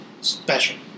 special